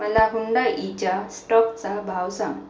मला हुंडाईच्या स्टॉकचा भाव सांग